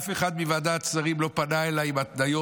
אף אחד מוועדת שרים לא פנה אליי עם התניות.